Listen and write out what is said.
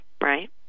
Right